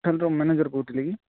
ହୋଟେଲ୍ର ମ୍ୟାନେଜର୍ କହୁଥିଲେ କି